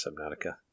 Subnautica